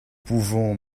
pouvons